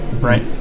Right